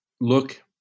look